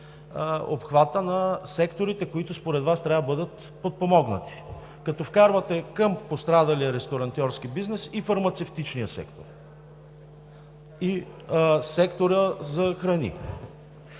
обхвата на секторите, които според Вас трябва да бъдат подпомогнати, като вкарвате към пострадалия ресторантьорски бизнес и фармацевтичния сектор, и сектора за храни.